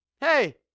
Hey